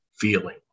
feeling